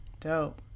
Dope